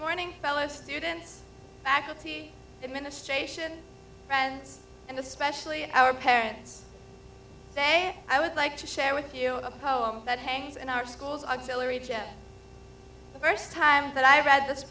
morning fellow students faculty administration friends and especially our parents say i would like to share with you a poem that hangs in our schools auxilary the first time that i read this